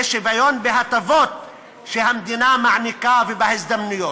זה שוויון בהטבות שהמדינה מעניקה ובהזדמנויות.